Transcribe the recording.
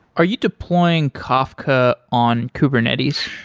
are you deploying kafka on kubernetes?